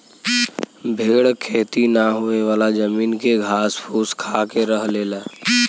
भेड़ खेती ना होयेवाला जमीन के घास फूस खाके रह लेला